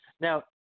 Now